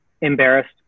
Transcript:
embarrassed